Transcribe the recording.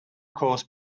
cause